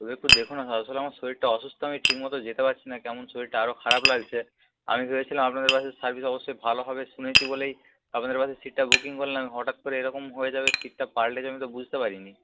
তবু একটু দেখুন না আসলে আমার শরীরটা অসুস্থ আমি ঠিক মতো যেতে পারছি না কেমন শরীরটা আরও খারাপ লাগছে আমি ভেবেছিলাম আপনাদের বাসের সার্ভিস অবশ্যই ভালো হবে শুনেছি বলেই আপনাদের বাসে সিটটা বুকিং করলাম হঠাৎ করে এরকম হয়ে যাবে সিটটা পালটে যাবে আমি তো বুঝতে পারিনি